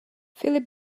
filip